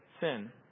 sin